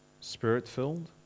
spirit-filled